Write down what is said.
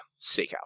steakhouse